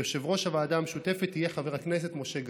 יושב-ראש הוועדה המשותפת יהיה חבר הכנסת משה גפני.